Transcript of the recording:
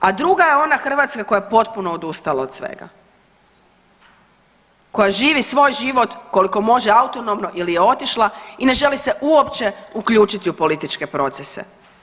A druga je ona Hrvatska koja je potpuno odustala od svega, koja živi svoj život koliko može autonomno ili je otišla i ne želi se uopće uključiti u političke procese.